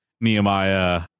Nehemiah